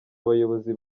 abayobozi